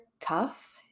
tough